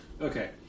Okay